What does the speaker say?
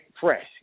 fresh